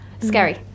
scary